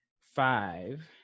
five